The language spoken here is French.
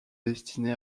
destiné